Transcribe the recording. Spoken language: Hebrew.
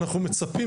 אנחנו מצפים,